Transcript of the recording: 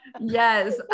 Yes